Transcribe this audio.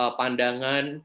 pandangan